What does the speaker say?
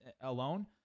alone